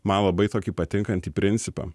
man labai tokį patinkantį principą